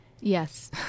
Yes